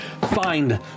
find